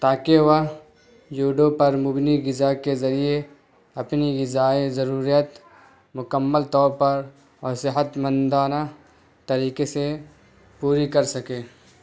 تاکہ وہ یوڈوب پر مبنی غذا کے ذریعے اپنی غذائی ضروریت مکمل طور پر اور صحت مندانہ طریقے سے پوری کر سکے